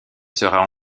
sera